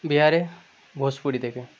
বিহারে ভোজপুরি থেকে